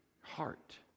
heart